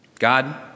God